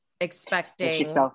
expecting